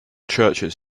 churches